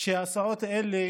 שהסעות אלה